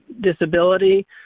disability